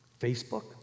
Facebook